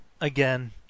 Again